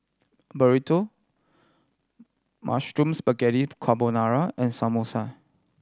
Burrito Mushroom Spaghetti Carbonara and Samosa